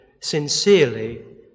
Sincerely